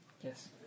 Yes